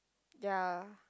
ya